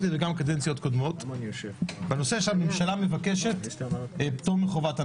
וגם בקדנציות קודמות בנושא שהממשלה מבקשת לפטור מחובת הנחה.